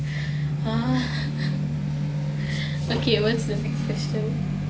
okay what's the next question